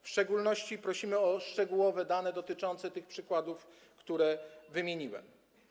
W szczególności prosimy o szczegółowe dane dotyczące tych przykładów, które wymieniłem.